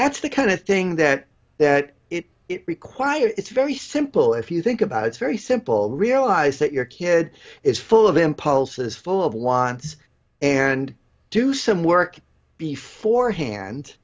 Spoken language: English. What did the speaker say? that's the kind of thing that that it it requires it's very simple if you think about it's very simple realize that your kid is full of impulses full of winds and do some work before hand